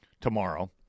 tomorrow